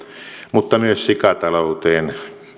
mutta myös sikatalouteen pitää